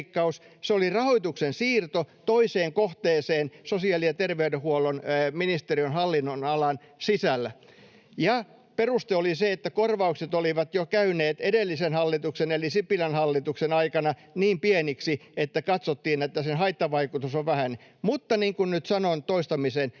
Se oli rahoituksen siirto toiseen kohteeseen sosiaali- ja terveydenhuollon ministeriön hallinnonalan sisällä. Ja peruste oli se, että korvaukset olivat jo käyneet edellisen hallituksen eli Sipilän hallituksen aikana niin pieniksi, että katsottiin, että sen haittavaikutus on vähäinen. Mutta niin kuin nyt sanon toistamiseen: